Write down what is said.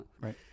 Right